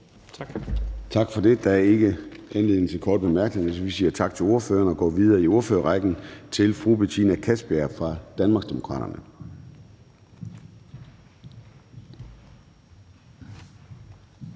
Tak for det. Der har ikke været anledning til korte bemærkninger, så vi siger tak til ordføreren og går videre i ordførerrækken til fru Betina Kastbjerg fra Danmarksdemokraterne.